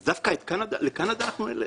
אז דווקא לקנדה אנחנו נלך?